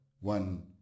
one